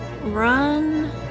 run